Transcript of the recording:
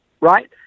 right